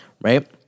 right